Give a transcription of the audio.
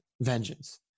vengeance